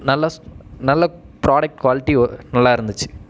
நல்லா நல்ல product quality நல்லா இருந்துச்சு